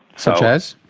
such as?